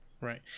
Right